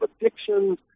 addictions